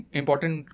important